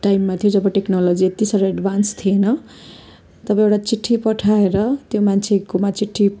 टाइममा थियो जब टेक्नोलोजी यति साह्रो एड्भान्स थिएन तब एउटा चिठी पठाएर त्यो मान्छेकोमा चिठी